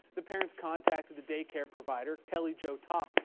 the parents contacted the day care provider. kelly jo topp.